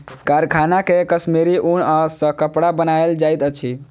कारखाना मे कश्मीरी ऊन सॅ कपड़ा बनायल जाइत अछि